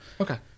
Okay